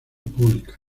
pública